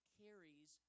carries